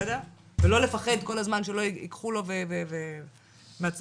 ולא לפחד שלא ייקחו לו מהצדדים.